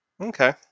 okay